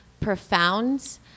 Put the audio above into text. profound